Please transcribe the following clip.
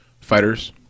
fighters